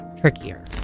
trickier